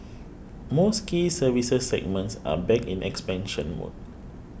most key services segments are back in expansion mode